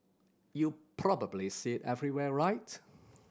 you probably see everywhere right